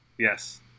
yes